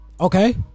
Okay